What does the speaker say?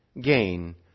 gain